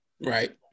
Right